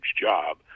job